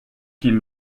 qu’ils